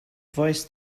voice